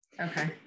okay